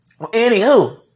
Anywho